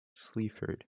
sleaford